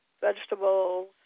vegetables